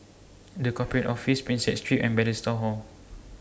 The Corporate Office Prinsep Street and Bethesda Hall